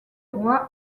roi